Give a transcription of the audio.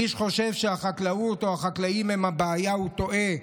מי שחושב שהחקלאות או החקלאים הם הבעיה הוא טועה.